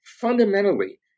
fundamentally